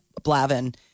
Blavin